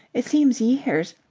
it seems years.